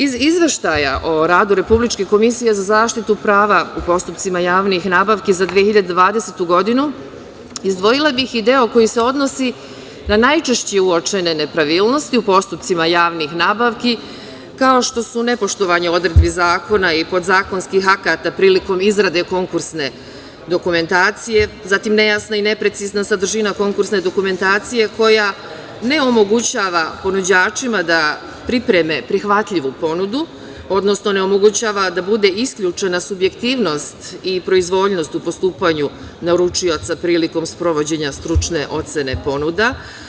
Iz Izveštaja o radu Republičke komisije za zaštitu prava u postupcima javnih nabavki za 2020. godinu izdvojila bih i deo koji se odnosi na najčešće uočene nepravilnosti u postupcima javnih nabavki, kao što su nepoštovanje odredbi zakona i podzakonskih akata prilikom izrade konkursne dokumentacije, zatim nejasna i neprecizna sadržina konkursne dokumentacije koja ne omogućava ponuđačima da pripreme prihvatljivu ponudu, odnosno ne omogućava da bude isključena subjektivnost i proizvoljnost u postupanju naručioca prilikom sprovođenja stručne procene ponuda.